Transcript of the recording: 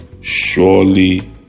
surely